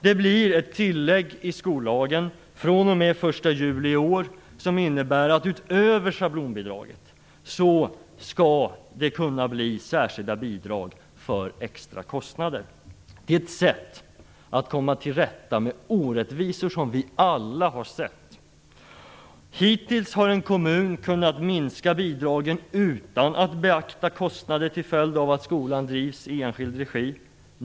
Det blir ett tillägg i skollagen fr.o.m. den 1 juli i år som innebär att det utöver schablonbidraget skall kunna bli särskilda bidrag för extra kostnader. Det är ett sätt att komma till rätta med orättvisor som vi alla har sett. Hittills har en kommun kunnat minska bidragen utan att beakta kostnader till följd av att skolan drivs i enskild regi.